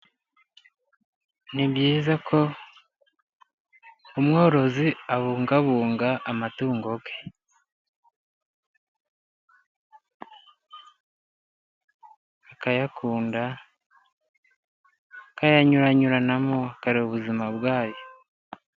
Ni byiza ko umworozi abungabunga amatungo ye, akayakunda akayanyuramo akareba ubuzima bwayo.